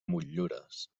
motllures